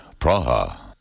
Praha